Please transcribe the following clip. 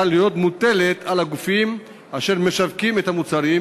להיות מוטלת על הגופים אשר משווקים את המוצרים,